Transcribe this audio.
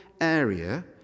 area